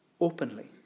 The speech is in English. openly